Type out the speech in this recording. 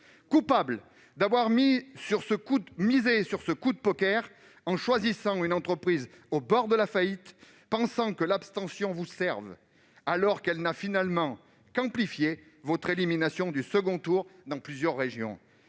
Coupable d'avoir misé sur un coup de poker en choisissant une entreprise au bord de la faillite, pensant que l'abstention vous servirait, alors que celle-ci n'a finalement qu'amplifié votre élimination du second tour dans plusieurs régions.